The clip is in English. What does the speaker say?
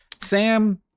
Sam